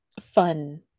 fun